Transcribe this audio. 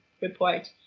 report